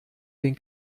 den